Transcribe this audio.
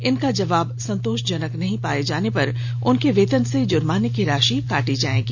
इनका जवाब संतोषजनक नहीं पाए जाने पर उनके वेतन से जुर्माने की राशि काटी जाएगी